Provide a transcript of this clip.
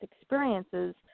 experiences